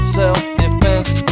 self-defense